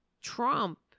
Trump